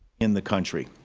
in the country.